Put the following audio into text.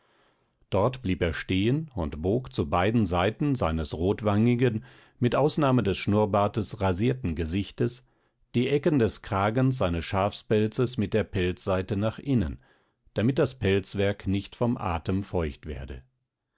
dort blieb er stehen und bog zu beiden seiten seines rotwangigen mit ausnahme des schnurrbartes rasierten gesichtes die ecken des kragens seines schafpelzes mit der pelzseite nach innen damit das pelzwerk nicht vom atem feucht werde